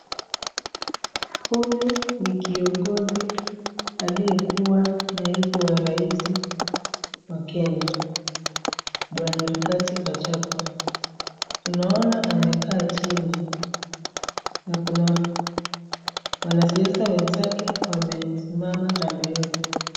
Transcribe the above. Huyu ni kiongozi akiyekua naibu wa rais wa kenya bwana Gachagua, tunakna amekaa chini na kuna wanasiasa wenzake wamesimama kando yake.